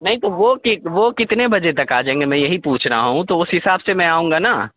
نہیں تو وہ کت وہ کتنے بجے تک آ جائیں گے میں یہی پوچھ رہا ہوں تو اس حساب سے میں آؤں گا نا